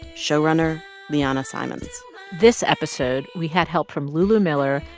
showrunner liana simons this episode we had help from lulu miller,